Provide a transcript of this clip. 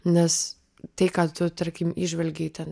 nes tai ką tu tarkim įžvelgei ten